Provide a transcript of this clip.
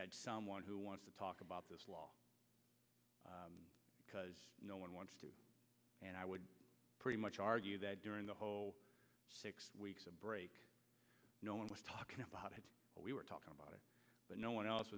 had someone who wanted to talk about this law because no one wants to and i would pretty much argue that during the whole six weeks of break no one was talking about it but we were talking about it but no one else